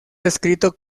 descrito